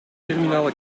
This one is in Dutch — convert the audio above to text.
terminale